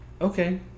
Okay